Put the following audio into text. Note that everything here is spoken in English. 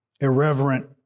irreverent